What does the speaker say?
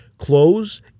Close